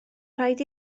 rhaid